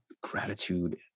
gratitude